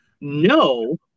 no